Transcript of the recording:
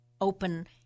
open